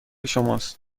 شماست